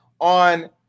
on